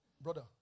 Brother